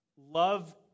Love